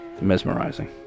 mesmerizing